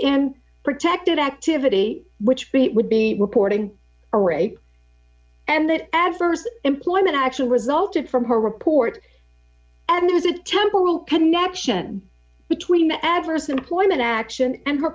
and protected activity which he would be reporting a rape and that adverse employment actually resulted from her report and there is a temple connection between the adverse employment action and her